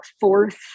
fourth